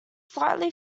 slightly